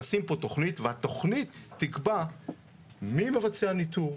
לשים פה תוכנית והתוכנית תקבע מי מבצע ניתור,